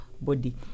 body